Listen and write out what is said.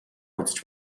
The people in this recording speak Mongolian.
үзэж